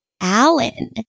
Alan